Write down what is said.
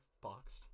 boxed